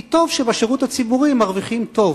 כי טוב שבשירות הציבורי מרוויחים טוב.